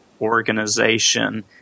organization